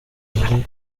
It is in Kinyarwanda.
rugari